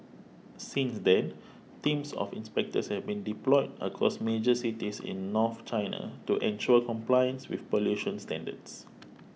since then teams of inspectors have been deployed across major cities in north China to ensure compliance with pollution standards